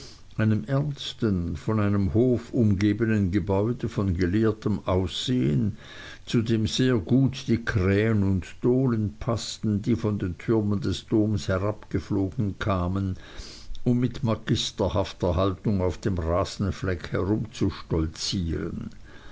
einem ernsten von einem hof umgebenen gebäude von gelehrtem aussehen zu dem sehr gut die krähen und dohlen paßten die von den türmen des doms herabgeflogen kamen um mit magisterhafter haltung auf dem rasenfleck